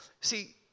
See